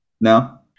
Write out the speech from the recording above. No